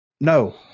no